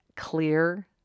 clear